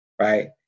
Right